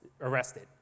arrested